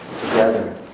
together